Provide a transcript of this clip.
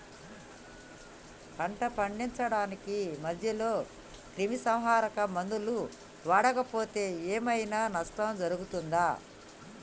పంట పండించడానికి మధ్యలో క్రిమిసంహరక మందులు వాడకపోతే ఏం ఐనా నష్టం జరుగుతదా?